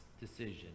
decision